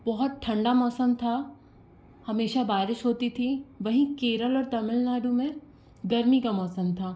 बहुत ठंडा मौसम था हमेशा बारिश होती थीं वहीं केरल और तमिलनाडु में गर्मी का मौसम था